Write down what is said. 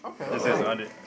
Okay